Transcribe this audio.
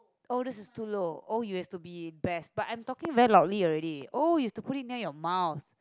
oh this is too low oh you have to be best but I'm talking very loudly already oh you have to put it near your mouth